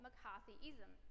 McCarthyism